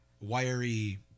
wiry